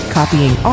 Copying